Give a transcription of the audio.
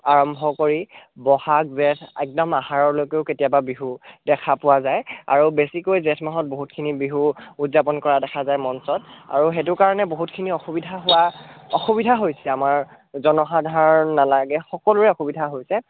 আৰম্ভ কৰি ব'হাগ জেঠ একদম আহাৰলৈকেও কেতিয়াবা বিহু দেখা পোৱা যায় আৰু বেছিকৈ জেঠ মাহত বহুতখিনি বিহু উদযাপন কৰা দেখা যায় মঞ্চত আৰু সেইটো কাৰণে বহুতখিনি অসুবিধা হোৱা অসুবিধা হৈছে আমাৰ জনসাধাৰণ নালাগে সকলোৰে অসুবিধা হৈছে